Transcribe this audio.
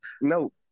no